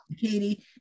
Katie